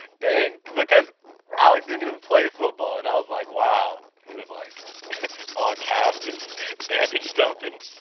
dang, because alex didn't even play football! and i was like, wow. he was like all casted and bandaged up and, so